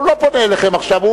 אבל הוא לא פונה אליכם עכשיו,